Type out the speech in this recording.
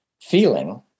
feeling